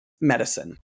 medicine